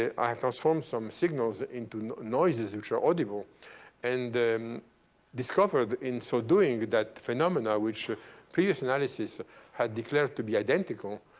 i have transformed some signals into noises which are audible and discovered, in so doing, that phenomena which previous analysis had declared to be identical.